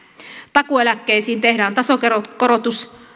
takuueläkkeisiin tehdään tasokorotus